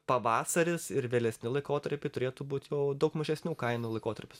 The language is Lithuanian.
pavasaris ir vėlesniu laikotarpiu turėtų būti jau daug mažesnių kainų laikotarpis